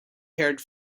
haired